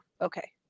okay